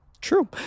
True